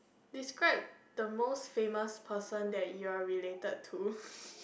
describe the most famous person that you're related to